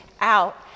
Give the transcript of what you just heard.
out